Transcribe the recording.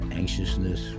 anxiousness